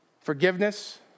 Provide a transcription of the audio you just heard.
Forgiveness